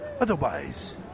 Otherwise